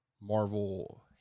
Marvel